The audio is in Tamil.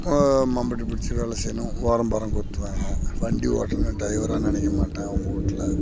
மம்புட்டி பிடிச்சி வேலை செய்யணும் ஒரம் பணம் கொடுத்துருவாங்க வண்டி ஓட்டுனா டிரைவரா நினைக்க மாட்டேன் அவங்க வீட்ல